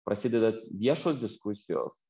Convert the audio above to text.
prasideda viešos diskusijos